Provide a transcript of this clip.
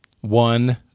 one